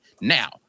now